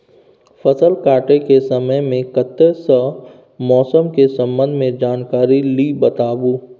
फसल काटय के समय मे कत्ते सॅ मौसम के संबंध मे जानकारी ली बताबू?